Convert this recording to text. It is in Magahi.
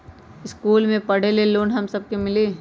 इश्कुल मे पढे ले लोन हम सब के मिली?